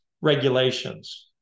regulations